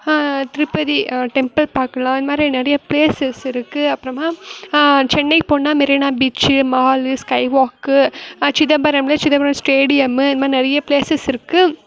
Tirupati temple பார்க்கலாம் இது மாதிரி நிறைய பிளேசஸ் இருக்குது அப்புறமா சென்னைக்கு போனால் மெரினா பீச்சு மாலு ஸ்கைவாக்கு சிதம்பரமில் சிதம்பரம் ஸ்டேடியம்மு இதுமாதிரி நிறைய பிளேசஸ் இருக்குது